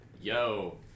yo